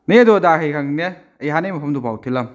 ꯅꯪꯒꯤ ꯑꯗꯨ ꯑꯗꯥ ꯑꯩ ꯈꯪꯗꯦ ꯑꯩ ꯍꯥꯟꯅꯩ ꯃꯐꯝꯇꯨꯐꯥꯎ ꯊꯤꯜꯂꯝꯃꯨ